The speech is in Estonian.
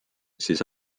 siis